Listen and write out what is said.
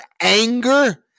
anger